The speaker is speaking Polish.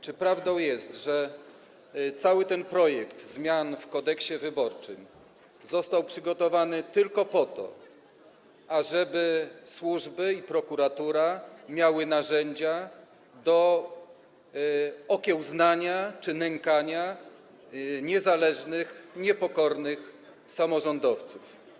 Czy prawdą jest, że cały ten projekt zmian w Kodeksie wyborczym został przygotowany tylko po to, ażeby służby i prokuratura miały narzędzia do okiełznania czy nękania niezależnych, niepokornych samorządowców?